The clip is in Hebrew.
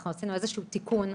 אנחנו עשינו איזשהו תיקון,